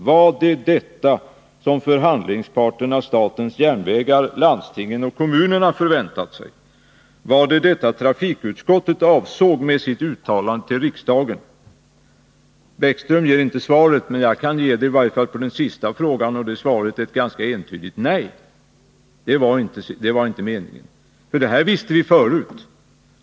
Var det detta som förhandlingsparterna Statens Järnvägar, landstingen och kommunerna förväntat sig? Var det detta trafikutskottet avsåg med sitt uttalande till riksdagen?” Ingemar Bäckström ger inte svaret, men jag kan ge det, i varje fall på den sista frågan. Det svaret är ett ganska entydigt nej. Det var inte meningen. Detta visste vi förut.